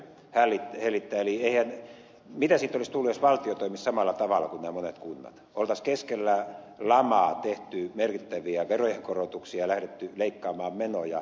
mitä siitä olisi tullut jos valtio toimisi samalla tavalla kuin nämä monet kunnat olisi keskellä lamaa tehty merkittäviä verojen korotuksia lähdetty leikkaamaan menoja